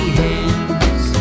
hands